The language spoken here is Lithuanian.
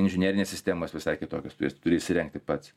inžinerinės sistemos visai kitokios tu jas turi įsirengti pats